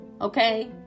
okay